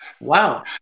Wow